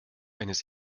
eines